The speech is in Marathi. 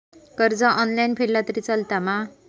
कर्ज ऑनलाइन फेडला तरी चलता मा?